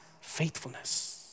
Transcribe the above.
faithfulness